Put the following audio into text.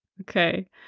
Okay